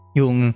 yung